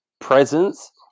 presence